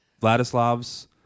Vladislav's